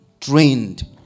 trained